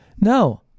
No